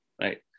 right